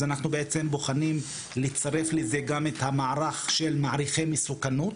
אנחנו בעצם בוחנים לצרף לזה גם את המערך של מעריכי מסוכנות,